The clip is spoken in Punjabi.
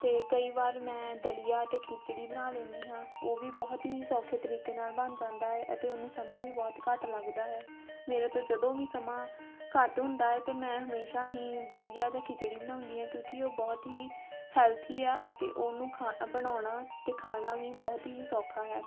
ਅਤੇ ਕਈ ਵਾਰ ਮੈਂ ਦਲੀਆ ਅਤੇ ਖਿਚੜੀ ਬਣਾ ਲੈਂਦੀ ਹਾਂ ਉਹ ਵੀ ਬਹੁਤ ਹੀ ਸੌਖੇ ਤਰੀਕੇ ਨਾਲ ਬਣ ਜਾਂਦਾ ਹੈ ਅਤੇ ਉਹਨੂੰ ਸਮਾਂ ਵੀ ਬਹੁਤ ਘੱਟ ਲੱਗਦਾ ਹੈ ਮੇਰੇ ਤੋਂ ਜਦੋਂ ਵੀ ਸਮਾਂ ਘੱਟ ਹੁੰਦਾ ਹੈ ਤਾਂ ਮੈਂ ਹਮੇਸ਼ਾਂ ਹੀ ਦਲੀਆ ਜਾਂ ਖਿਚੜੀ ਬਣਾਉਂਦੀ ਹਾਂ ਕਿਉਂਕਿ ਉਹ ਬਹੁਤ ਹੀ ਹੈਲਥੀ ਆ ਅਤੇ ਉਹਨੂੰ ਖਾ ਬਣਾਉਣਾ ਅਤੇ ਖਾਣਾ ਵੀ ਬਹੁਤ ਹੀ ਸੌਖਾ ਹੈ